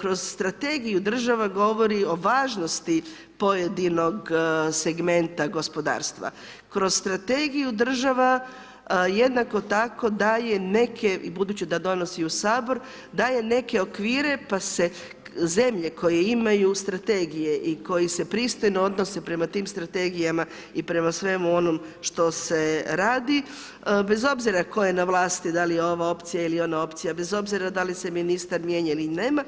kroz strategiju država govori o važnosti pojedinog segmenta gospodarstva, kroz strategiju država, jednako tako daje neke budući da donosi u sabor, daje neke okvire pa se zemlje koje imaju strategije i koje se pristojno odnose prema tim strategijama i prema svemu onome što se radi, bez obzira tko je na vlasti, da li je ova opcija ili je ona opcija, bez obzira da li se ministar mijenja ili ih nema.